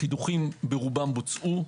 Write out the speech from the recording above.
הקידוחים ברובם בוצעו,